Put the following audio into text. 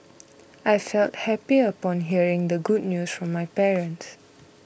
I felt happy upon hearing the good news from my parents